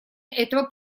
этого